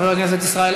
בעד חוק ההשתקה,